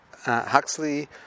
Huxley